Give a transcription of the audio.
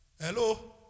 hello